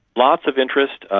lots of interest.